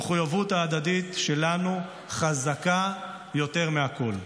המחויבות ההדדית שלנו חזקה יותר מהכול.